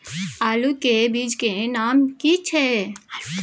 आलू के बीज के नाम की छै?